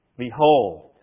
Behold